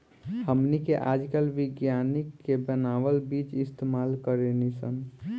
हमनी के आजकल विज्ञानिक के बानावल बीज इस्तेमाल करेनी सन